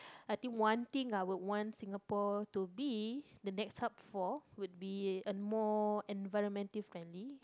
I think one thing I will want Singapore to be the next hub for would be a more environmental friendly